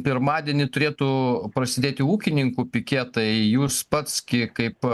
pirmadienį turėtų prasidėti ūkininkų piketai jūs pats ki kaip